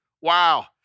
Wow